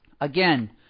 Again